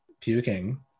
puking